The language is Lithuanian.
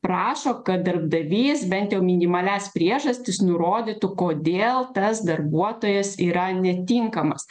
prašo kad darbdavys bent jau minimalias priežastis nurodytų kodėl tas darbuotojas yra netinkamas